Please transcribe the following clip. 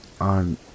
on